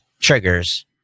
triggers